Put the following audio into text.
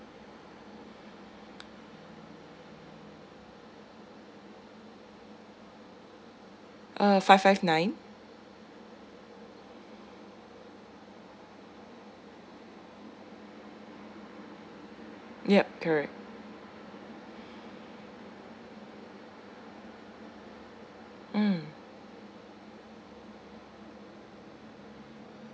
uh five five nine yup correct mm